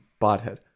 Bothead